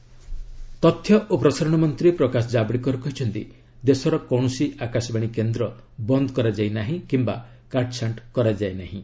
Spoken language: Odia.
ଜାବଡେକର୍ ଏଆଇଆର୍ ତଥ୍ୟ ଓ ପ୍ରସାରଣ ମନ୍ତ୍ରୀ ପ୍ରକାଶ ଜାବଡେକର କହିଛନ୍ତି ଦେଶର କୌଣସି ଆକାଶବାଣୀ କେନ୍ଦ୍ର ବନ୍ଦ କରାଯାଇ ନାହିଁ କିୟା କାଟ୍ଛାଣ୍ଟ କରାଯାଇନାହିଁ